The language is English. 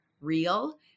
real